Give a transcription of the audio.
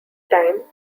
time